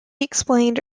explained